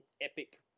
epic